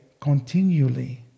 continually